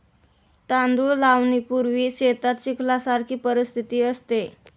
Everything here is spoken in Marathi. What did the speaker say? तांदूळ लावणीपूर्वी शेतात चिखलासारखी परिस्थिती असते